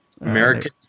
American